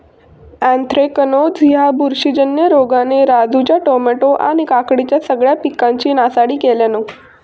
anthracnose ह्या बुरशीजन्य रोगान राजूच्या टामॅटो आणि काकडीच्या सगळ्या पिकांची नासाडी केल्यानं